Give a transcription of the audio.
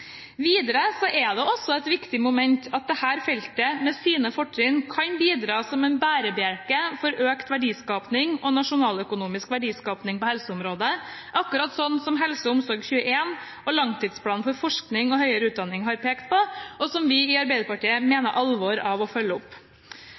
er det også et viktig moment at dette feltet, med sine fortrinn, kan bidra som en bærebjelke for økt verdiskaping og nasjonaløkonomisk verdiskaping på helseområdet, akkurat slik som HelseOmsorg21 og langtidsplanen for forskning og høyere utdanning har pekt på, og som vi i Arbeiderpartiet mener alvor med å følge opp.